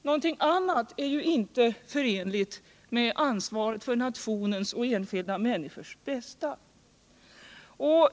Någonting annnat är ju inte förenligt med ansvar för nationens och enskilda människors bästa.